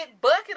bucket